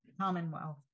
Commonwealth